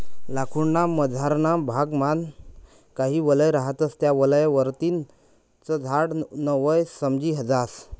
लाकूड ना मझारना भाग मान काही वलय रहातस त्या वलय वरतीन च झाड न वय समजी जास